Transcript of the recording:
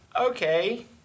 okay